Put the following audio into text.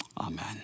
Amen